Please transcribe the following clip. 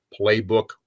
Playbook